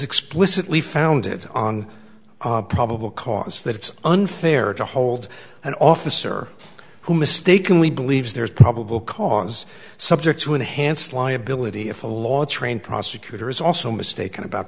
explicitly founded on probable cause that it's unfair to hold an officer who mistakenly believes there is probable cause subject to enhanced liability if a law trained prosecutor is also mistaken about